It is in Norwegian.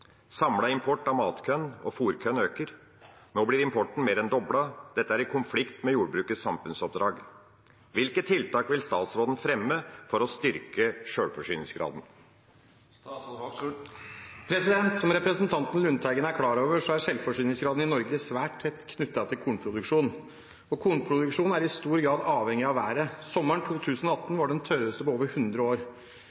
Samla import av matkorn og fôrkorn øker. Nå blir importen mer enn doblet. Dette er i konflikt med jordbrukets samfunnsoppdrag. Hvilke tiltak vil statsråden fremme for å styrke sjølforsyningsgraden?» Som representanten Lundteigen er klar over, er selvforsyningsgraden i Norge svært tett knyttet til kornproduksjonen. Og kornproduksjonen er i stor grad avhengig av været. Sommeren 2018